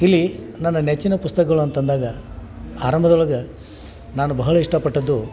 ಇಲ್ಲಿ ನನ್ನ ನೆಚ್ಚಿನ ಪುಸ್ತಕಗಳು ಅಂತ ಅಂದಾಗ ಆರಂಭದೊಳ್ಗೆ ನಾನು ಬಹಳ ಇಷ್ಟಪಟ್ಟಿದ್ದು